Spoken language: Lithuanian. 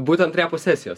būtent repo sesijos